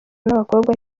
n’abakobwa